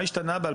מה השתנה?